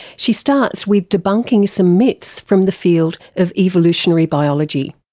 she starts with debunking some myths from the field of evolutionary biology.